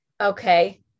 Okay